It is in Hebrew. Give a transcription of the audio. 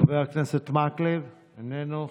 חבר הכנסת מקלב, איננו.